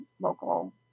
local